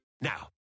Now